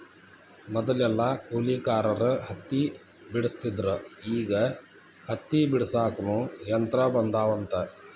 ಮದಲೆಲ್ಲಾ ಕೂಲಿಕಾರರ ಹತ್ತಿ ಬೆಡಸ್ತಿದ್ರ ಈಗ ಹತ್ತಿ ಬಿಡಸಾಕುನು ಯಂತ್ರ ಬಂದಾವಂತ